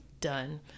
Done